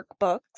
workbooks